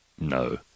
No